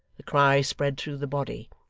the cry spread through the body.